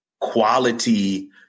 quality